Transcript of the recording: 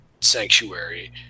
sanctuary